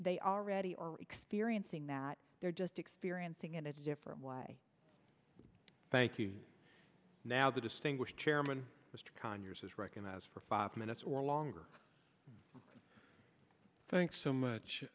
they already are experiencing that they're just experiencing in a different way thank you now the distinguished chairman mr conyers recognize for five minutes or longer thanks so much